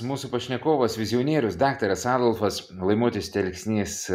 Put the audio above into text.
mūsų pašnekovas vizionierius daktaras adolfas laimutis telksnys